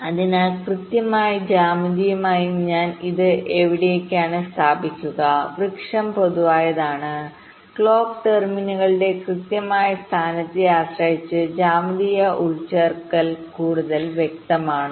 അതിനാൽ കൃത്യമായി ജ്യാമിതീയമായി ഞാൻ ഇത് എവിടെയാണ് സ്ഥാപിക്കുക വൃക്ഷം പൊതുവായതാണ് ക്ലോക്ക് ടെർമിനലുകളുടെ കൃത്യമായ സ്ഥാനത്തെ ആശ്രയിച്ച് ജ്യാമിതീയ ഉൾച്ചേർക്കൽകൂടുതൽ വ്യക്തമാണ്